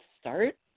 start